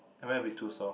am I a bit too soft